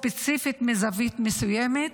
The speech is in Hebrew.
ספציפית מזווית מסוימת,